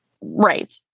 Right